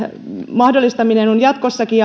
mahdollistaminen on jatkossakin